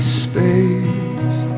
space